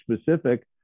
specific